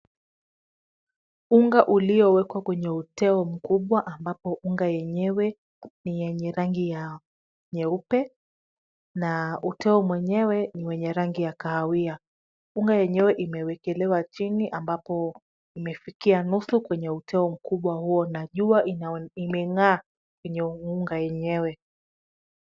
Unga uliowekwa kwenye uteo mkubwa ambapo unga yenyewe ni yenye rangi ya nyeupe na uteo mwenyewe ni wenye rangi ya kahawia. Unga yenyewe imewekelewa chini ambapo imefikia nusu kwenye uteo mkubwa huo na jua imenga'aa kwenye unga yenyewe.